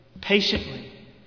patiently